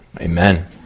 Amen